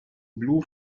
blue